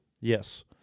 Yes